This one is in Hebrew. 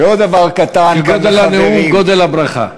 כגודל הנאום, גודל הברכה.